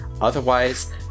Otherwise